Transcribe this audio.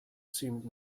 seemed